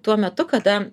tuo metu kada